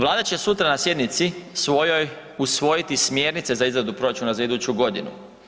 Vlada će sutra na sjednici svojoj usvojiti smjernice za izradu proračuna za iduću godinu.